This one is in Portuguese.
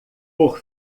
por